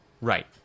Right